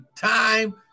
time